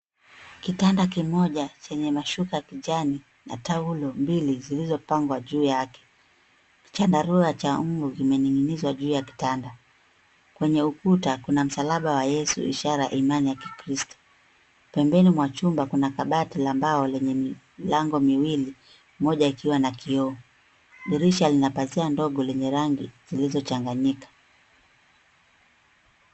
Kitanda kimoja chenye mashuka kijani na taulo mbili zilizopangwa juu yake. Chandarua cha mbu kimening'inizwa juu ya kitanda. Kwenye ukuta kuna msalaba wa yesu ishara ya imani ya kikristo. Pembeni mwa chumba kuna kabati la mbao lenye milango miwili moja ikiwa na kioo. Dirisha lina pazia ndogo lenye rangi zilizochanganyika.